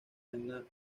anna